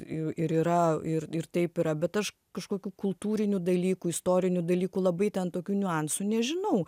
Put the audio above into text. ir yra ir ir taip yra bet aš kažkokių kultūrinių dalykų istorinių dalykų labai ten tokių niuansų nežinau